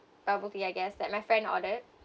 bubble tea I guess that my friend ordered